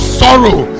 sorrow